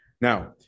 now